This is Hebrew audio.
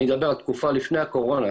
אני אדבר על התקופה לפני קורונה,